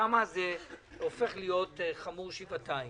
שם זה הופך להיות חמור שבעתיים.